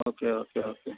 okay okay okay